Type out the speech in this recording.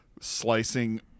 slicing